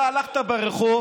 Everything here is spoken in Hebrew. אתה הלכת ברחוב